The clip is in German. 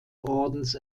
ordens